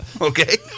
okay